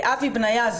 מנדי בטש: